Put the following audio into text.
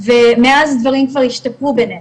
ומאז דברים כבר השתפרו בינינו,